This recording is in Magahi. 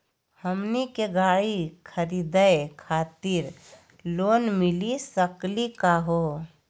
हमनी के गाड़ी खरीदै खातिर लोन मिली सकली का हो?